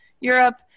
Europe